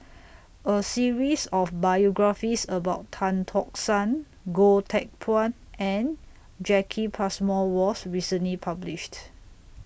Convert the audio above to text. A series of biographies about Tan Tock San Goh Teck Phuan and Jacki Passmore was recently published